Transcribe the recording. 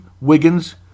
Wiggins